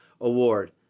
Award